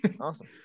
Awesome